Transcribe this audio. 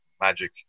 magic